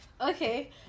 Okay